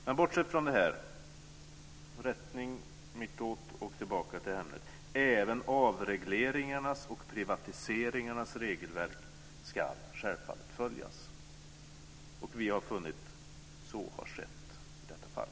Men bortsett från detta: Även avregleringarnas och privatiseringarnas regelverk ska självfallet följas, och vi har funnit att så har skett i detta fall.